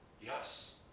yes